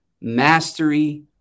mastery